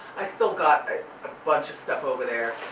i still got a bunch of stuff over there